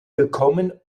willkommen